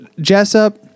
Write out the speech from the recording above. Jessup